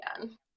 again